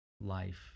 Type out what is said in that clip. life